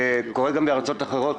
קורה גם בארצות אחרות,